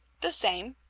the same.